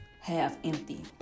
half-empty